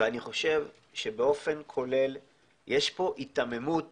ואני חושב שבאופן גורף יש פה היתממות